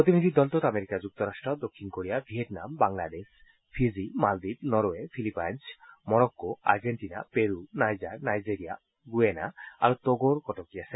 প্ৰতিনিধি দলটোত আমেৰিকা যুক্তৰাট্ট দক্ষিণ কোৰিয়া ভিয়েটনাম বাংলাদেশ ফিজি মালদ্বীপ Norway Philippines Morocco Argentina Peru Niger Nigeria Guyana আৰু ট'গোৰ কটকী আছে